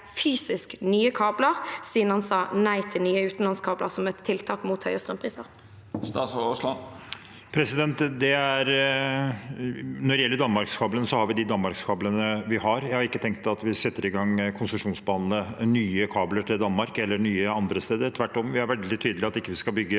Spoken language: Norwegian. fysisk nye kabler, siden han sa nei til nye utenlandskabler som et tiltak mot høye strømpriser? Statsråd Terje Aasland Når det gjelder Danmark-kablene, har vi de Danmark-kablene vi har. Jeg har ikke tenkt å sette i gang konsesjonsbehandling av nye kabler til Danmark eller andre steder. Tvert om er vi veldig tydelige på at vi ikke skal bygge